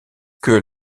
que